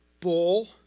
bull